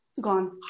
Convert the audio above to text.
gone